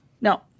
Now